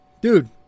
Dude